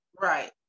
Right